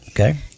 Okay